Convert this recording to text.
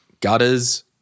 gutters